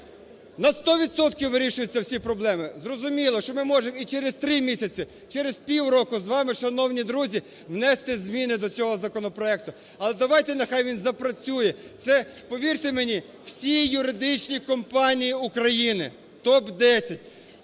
вирішуються всі проблеми. Зрозуміло, що ми можемо і через три місяці, через півроку з вами, шановні друзі, внести зміни до цього законопроекту. Але давайте, нехай він запрацює. Повірте мені, всі юридичні компанії України, топ-10,